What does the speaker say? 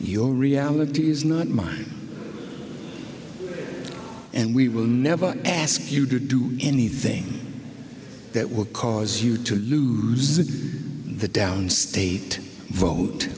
your reality is not mine and we will never ask you to do anything that will cause you to lose the down state vote